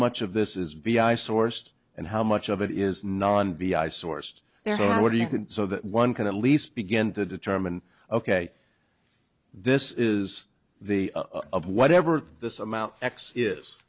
much of this is vi sourced and how much of it is non b i sourced what do you can so that one can at least begin to determine ok this is the of whatever this amount x is